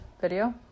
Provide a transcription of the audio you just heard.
video